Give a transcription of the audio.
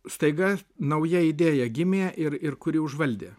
staiga nauja idėja gimė ir ir kuri užvaldė